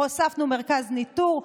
הוספנו מרכז ניטור.